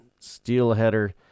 steelheader